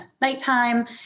nighttime